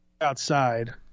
outside